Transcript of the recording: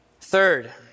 Third